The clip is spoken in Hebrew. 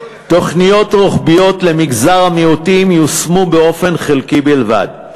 תוכניות רוחביות למגזר המיעוטים יושמו באופן חלקי בלבד.